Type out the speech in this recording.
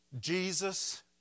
Jesus